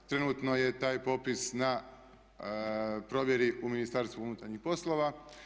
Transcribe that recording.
Trenutno je taj popis na provjeri u Ministarstvu unutarnjih poslova.